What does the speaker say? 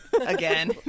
Again